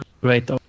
great